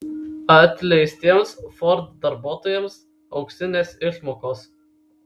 atleistiems ford darbuotojams auksinės išmokos